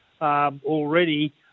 already